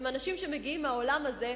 שהם אנשים שמגיעים מהעולם הזה,